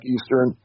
Eastern